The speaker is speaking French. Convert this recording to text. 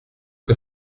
que